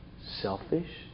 selfish